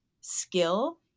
skill